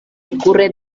ocurre